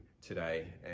today